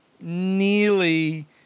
nearly